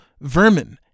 vermin